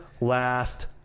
last